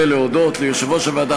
ולהודות ליושב-ראש הוועדה,